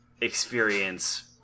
experience